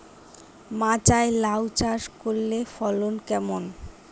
মাচায় লাউ চাষ করলে ফলন কেমন?